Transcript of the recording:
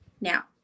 now